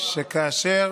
כאשר